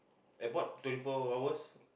airport twenty four hours